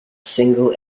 single